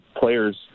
players